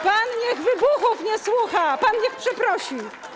Pan niech wybuchów nie słucha, pan niech przeprosi.